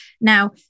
now